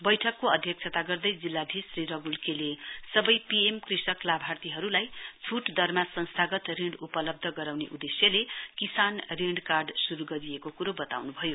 बैठकको अध्यक्षता गर्दै जिल्लाधीश श्री रग्ल के ले सबै पिएम कृषक लाभार्थीहरूलाई छट दरमा संस्थागत ऋण उपलब्ध गराउने उदेश्यले किसान ऋण शुरू गरिएको कुरो बताउनु भयो